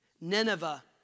Nineveh